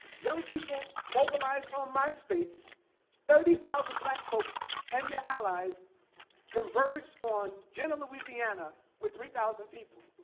young people mobilized on myspace thirty thousand black folk and their allies converge on jena, louisiana with three thousand people.